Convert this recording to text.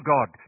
God